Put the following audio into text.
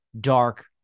dark